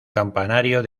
campanario